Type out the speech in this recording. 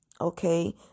Okay